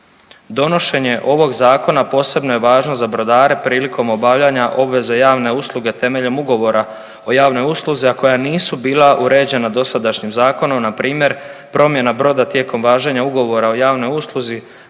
Donošenje ovog zakona posebno je važno za brodare prilikom obavljanja obveze javne usluge temeljem ugovora o javnoj usluzi, a koja nisu bila uređena dosadašnjim zakonom npr. promjena broda tijekom važenja broda o javnoj usluzi,